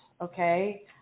okay